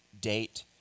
date